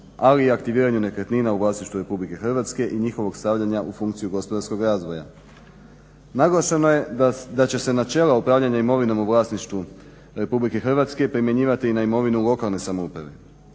ali i aktiviranju nekretnina u vlasništvu Republike Hrvatske i njihovog stavljanja u funkciju gospodarskog razvoja. Naglašeno je da će se načela upravljanja imovinom u vlasništvu Republike Hrvatske primjenjivati i na imovinu lokalna samouprave.